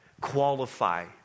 qualify